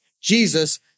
Jesus